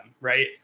right